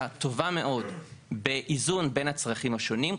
טובה מאוד באיזון בין הצרכים השונים.